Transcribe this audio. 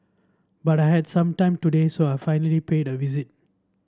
but I had some time today so I finally paid it a visit